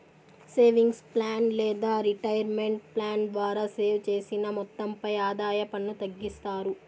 savings plan లేదా retirement plan ద్వారా save చేసిన మొత్తంపై ఆదాయ పన్ను తగ్గిస్తారు